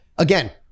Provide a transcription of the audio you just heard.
Again